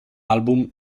album